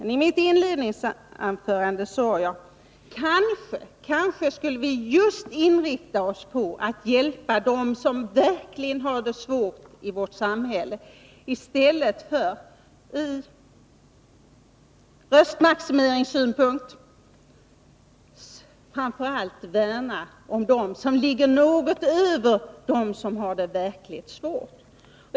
I mitt inledningsanförande sade jag: Kanske skulle vi justinrikta oss på att hjälpa dem som verkligen har det svårt i vårt samhälle, i stället för att ur röstmaximeringssynpunkt framför allt värna om dem som ligger något över dem som har det verkligt svårt.